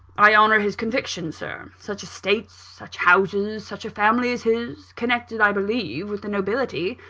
i honour his convictions, sir. such estates, such houses, such a family as his connected, i believe, with the nobility,